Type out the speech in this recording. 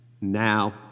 now